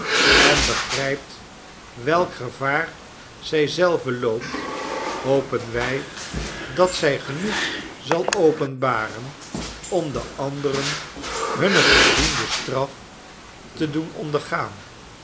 en begrijpt welk g evaar zij zelve loopt hopen wij dat zij genoeg zal openbaren om de anderen hunne verdiende straf te doen ondergaan